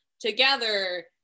together